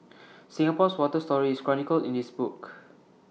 Singapore's water story is chronicled in this book